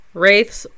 wraiths